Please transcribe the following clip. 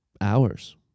hours